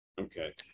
okay